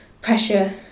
pressure